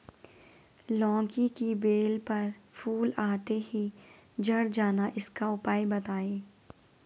लौकी की बेल पर फूल आते ही झड़ जाना इसका उपाय बताएं?